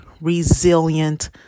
resilient